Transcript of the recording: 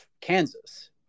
Kansas